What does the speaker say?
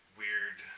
weird